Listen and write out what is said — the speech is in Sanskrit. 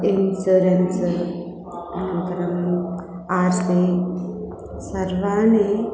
इन्सुरेन्स् अनन्तरम् आर् सि सर्वाणि